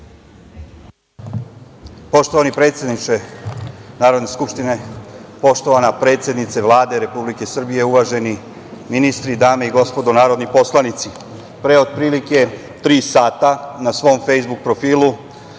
Poštovani predsedniče Narodne skupštine, poštovana predsednice Vlade Republike Srbije, uvaženi ministri, dame i gospodo narodni poslanici, pre otprilike tri sada na svom fejsbuk profilu